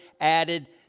added